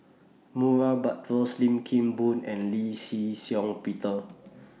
Murray Buttrose Lim Kim Boon and Lee Shih Shiong Peter